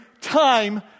time